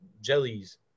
jellies